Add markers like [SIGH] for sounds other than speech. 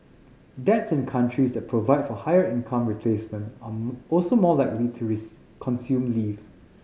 dads in countries that provide for higher income replacement are also more likely to [UNINTELLIGIBLE] consume leave